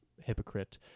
hypocrite